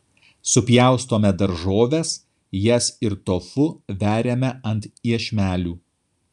supjaustome daržoves jas ir tofu veriame ant iešmelių